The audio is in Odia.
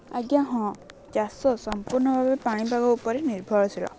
ଆଜ୍ଞା ହଁ ଚାଷ ସମ୍ପୂର୍ଣ୍ଣ ଭାବେ ପାଣିପାଗ ଉପରେ ନିର୍ଭରଶୀଳ